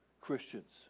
Christians